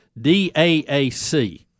D-A-A-C